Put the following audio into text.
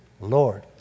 Lord